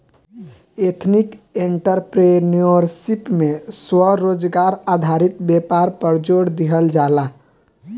ethnic entrepreneurship में स्वरोजगार आधारित व्यापार पर जोड़ दीहल जाला